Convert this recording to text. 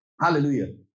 hallelujah